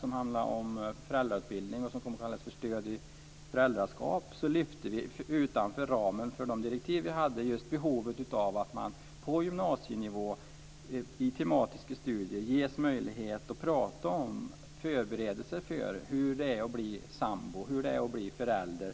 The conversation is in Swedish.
Den handlade om föräldrautbildning, och kom att kallas för Stöd i föräldraskap. Där lyfte vi, utanför ramen för de direktiv vi hade, just fram behovet av att man på gymnasienivå, i tematiska studier, ges möjlighet att prata om förberedelser för hur det är att bli sambo och förälder.